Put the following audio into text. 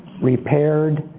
repaired,